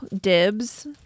Dibs